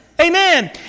Amen